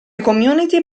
community